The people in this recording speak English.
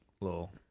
little